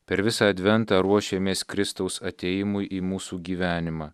per visą adventą ruošėmės kristaus atėjimui į mūsų gyvenimą